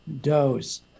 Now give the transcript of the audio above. dose